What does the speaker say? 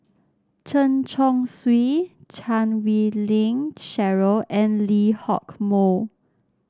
Chen Chong Swee Chan Wei Ling Cheryl and Lee Hock Moh